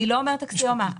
אני לא אומרת אקסיומה.